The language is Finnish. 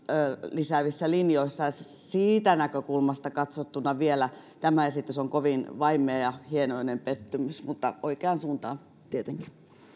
lisäävissä linjoissa siitä näkökulmasta katsottuna tämä esitys on vielä kovin vaimea ja hienoinen pettymys mutta oikeansuuntainen tietenkin